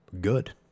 good